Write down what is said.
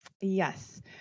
Yes